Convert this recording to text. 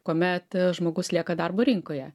kuomet žmogus lieka darbo rinkoje